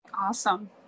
Awesome